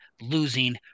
losing